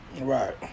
Right